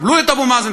תקבלו את אבו מאזן,